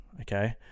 okay